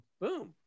boom